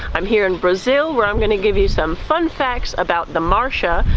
i'm here in brazil where i'm gonna give you some fun facts about the marcha,